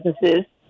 businesses